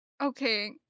Okay